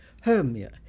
Hermia